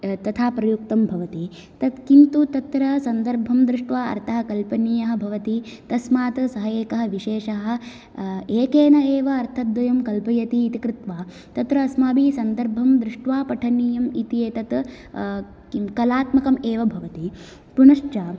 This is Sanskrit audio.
तथा प्रयुक्तं भवति तत् किन्तु तत्र सन्दर्भं दृष्ट्वा अर्थाः कल्पनियः भवति तस्मात् सः एकः विशेषः एकेन एव अर्थद्वयं कल्पयति इति कृत्वा तत्र अस्माभिः सन्दर्भं दृष्ट्वा पठनियम् इति एतत् किं कलात्मकम् एव भवति पुनश्च